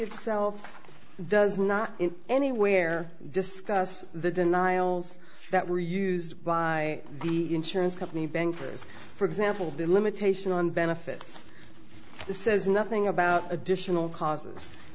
itself does not in anywhere discuss the denials that were used by the insurance company bankers for example the limitation on benefits the says nothing about additional causes